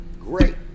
great